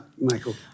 Michael